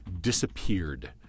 disappeared